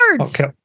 Okay